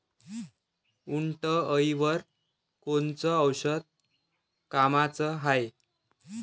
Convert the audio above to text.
उंटअळीवर कोनचं औषध कामाचं हाये?